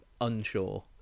unsure